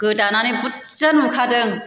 गोदानानै बुरजा नुखादों